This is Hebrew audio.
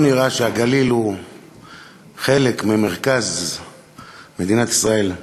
לא נראה שהגליל הוא חלק ממרכז מדינת ישראל.